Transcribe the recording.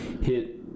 hit